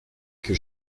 que